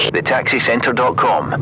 TheTaxiCentre.com